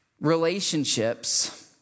relationships